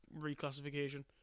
reclassification